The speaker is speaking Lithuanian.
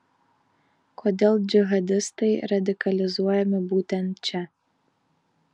kodėl džihadistai radikalizuojami būtent čia